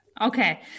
Okay